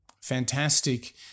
fantastic